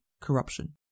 corruption